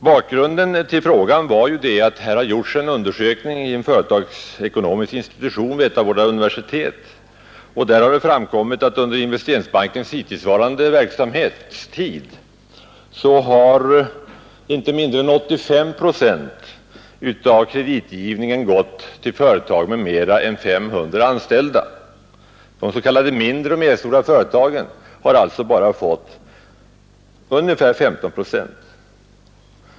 Bakgrunden till frågan var att det gjorts en undersökning av en företagsekonomisk institution vid ett av våra universitet, varvid det framkommit att under Investeringsbankens hittillsvarande verksamhet inte mindre än 85 procent av kreditgivningen gått till företag med mera än 500 anställda. De s.k. mindre och medelstora företagen har alltså bara fått ungefär 15 procent.